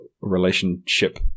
relationship